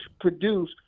produce